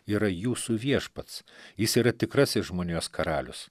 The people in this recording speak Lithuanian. yra jūsų viešpats jis yra tikrasis žmonijos karalius